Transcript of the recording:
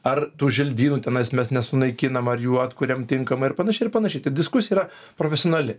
ar tų želdynų tenais mes nesunaikinam ar jų atkuriam tinkamai ir panašiai ir panašiai tad diskusija yra profesionali